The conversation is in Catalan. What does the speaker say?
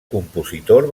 compositor